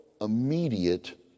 immediate